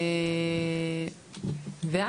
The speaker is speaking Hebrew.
אז,